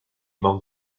manque